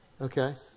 Okay